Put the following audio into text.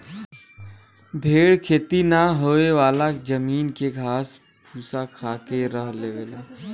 भेड़ खेती ना होयेवाला जमीन के घास फूस खाके रह लेला